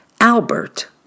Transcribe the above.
Albert